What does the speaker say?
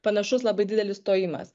panašus labai didelis stojimas